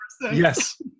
Yes